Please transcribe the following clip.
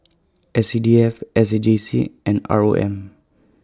S C D F S A J C and R O M